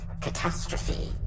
catastrophe